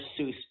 Seuss